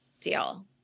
deal